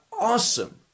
awesome